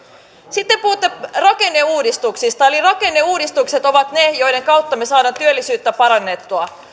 sitten puhutte rakenneuudistuksista eli rakenneuudistukset ovat ne joiden kautta me saamme työllisyyttä parannettua